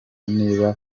niba